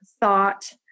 thought